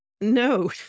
No